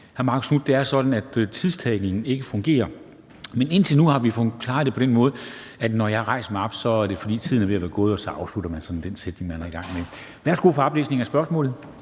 Hr. Marcus Knuth, det er sådan, at tidtagningen ikke fungerer, men indtil nu har vi klaret det på den måde, at når jeg rejser mig op, er det, fordi tiden er ved at være gået, og så afslutter man så den sætning, man er i gang med. Kl. 13:56 Spm. nr.